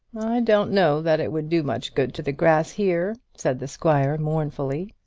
don't know that it would do much good to the grass here, said the squire, mournfully.